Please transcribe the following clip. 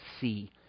see